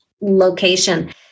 location